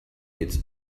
its